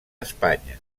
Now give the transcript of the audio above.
espanya